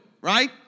right